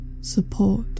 support